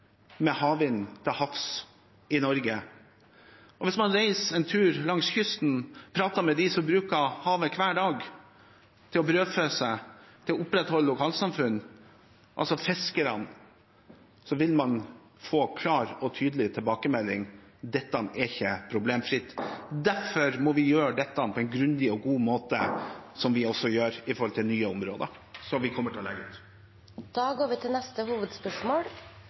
med havvind til havs i Norge. Hvis man reiser en tur langs kysten og prater med dem som hver dag bruker havet til å brødfø seg og opprettholde lokalsamfunnene – altså fiskerne – vil man få en klar og tydelig tilbakemelding om at dette ikke er problemfritt. Derfor må vi gjøre dette på en grundig og god måte, noe vi også gjør når det gjelder nye områder vi kommer til å legge ut. Da går vi til neste hovedspørsmål.